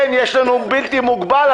יש לנו בלתי מוגבל,